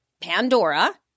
Pandora